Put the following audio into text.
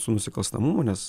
su nusikalstamumu nes